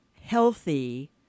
healthy